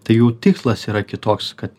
tai jų tikslas yra kitoks kad